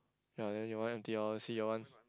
ya your one empty I want to see your one